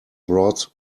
brought